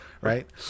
Right